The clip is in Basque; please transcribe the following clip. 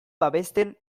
babesten